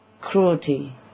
cruelty